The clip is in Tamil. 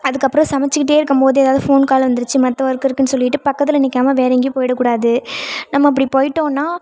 அதுக்கப்புறம் சமைத்துக்கிட்டே இருக்கும் போது எதாவது ஃபோன் கால் வந்துருச்சு மற்ற ஒர்க்கு இருக்குதுன்னு சொல்லிட்டு பக்கத்தில் நிற்காம வேறே எங்கேயும் போயிடக்கூடாது நம்ம அப்படி போயிட்டோன்னா